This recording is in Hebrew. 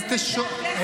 תחתום רק על זה.